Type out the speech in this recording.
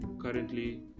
currently